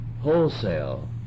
wholesale